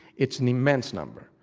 it's an immense number,